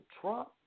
Trump